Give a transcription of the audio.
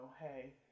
hey